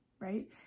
right